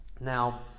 Now